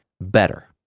better